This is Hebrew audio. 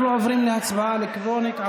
אנחנו עוברים להצבעה אלקטרונית.